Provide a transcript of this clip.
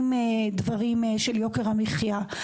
עם דברים של יוקר המחיה,